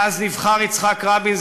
מאז נבחר יצחק רבין,